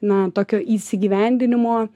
na tokio įsigyvendinimo